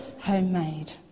homemade